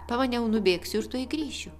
pamaniau nubėgsiu ir tuoj grįšiu